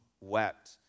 wept